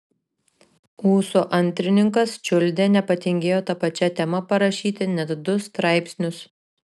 ūso antrininkas čiuldė nepatingėjo ta pačia tema parašyti net du straipsnius